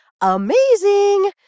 amazing